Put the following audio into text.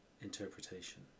interpretation